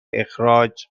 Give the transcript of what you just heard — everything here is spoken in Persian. اخراج